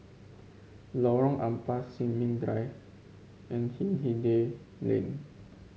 Lorong Ampas Sin Ming Drive and Hindhede Lane